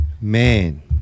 Man